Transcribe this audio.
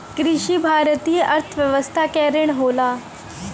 कृषि भारतीय अर्थव्यवस्था क रीढ़ होला